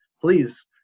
please